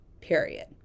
period